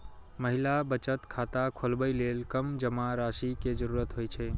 महिला बचत खाता खोलबै लेल कम जमा राशि के जरूरत होइ छै